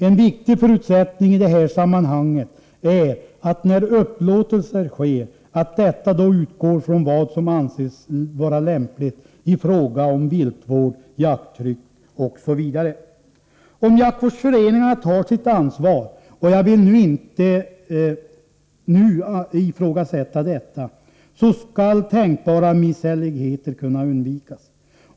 En viktig förutsättning i det här sammanhanget är att när upplåtelser sker, man då utgår från vad som anses vara lämpligt när det gäller viltvård, jakttryck osv. Om jaktvårdsföreningarna tar sitt ansvar — och jag vill inte nu ifrågasätta detta — så skall tänkbara misshälligheter kunna undvikas.